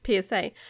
psa